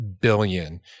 billion